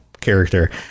character